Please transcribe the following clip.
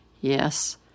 Yes